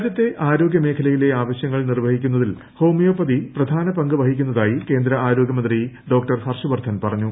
രാജ്യത്തെ ആരോഗ്യ മേഖലയിലെ ആവശ്യങ്ങൾട്ട് നിർവ്ഹിക്കുന്നതിൽ ഹോമിയോപ്പതി പ്രധാന പങ്ക് വഹിക്കുന്നത്തി കേന്ദ്ര ആരോഗ്യമന്ത്രി ഡോക്ടർ ഹർഷ വർധൻ പറഞ്ഞു